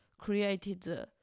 created